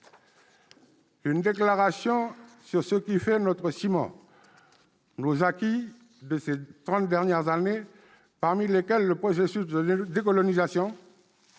Une déclaration sur ce qui fait notre ciment, nos acquis de ces trente dernières années, parmi lesquels le processus de décolonisation